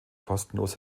kostenlos